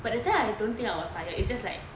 but that time I don't think I was tired it's just like